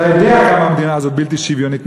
אתה יודע כמה המדינה הזאת בלתי שוויונית.